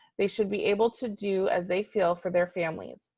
they should be able to do as they feel for their families.